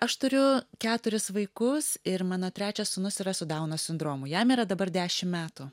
aš turiu keturis vaikus ir mano trečias sūnus yra su dauno sindromu jam yra dabar dešim metų